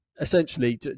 essentially